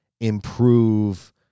improve